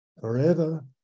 forever